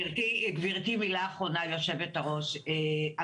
גברתי היושבת-ראש, מילה אחרונה.